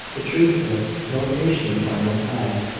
the truth is, no patient of mine has died,